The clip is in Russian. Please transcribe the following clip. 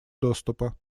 доступа